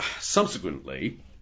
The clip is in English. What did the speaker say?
subsequently